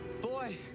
Boy